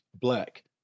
Black